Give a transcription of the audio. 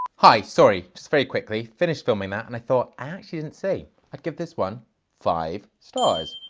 hi, sorry. just very quickly. finished filming that and i thought, i actually didn't say. i'd give this one five stars.